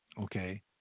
okay